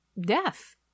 death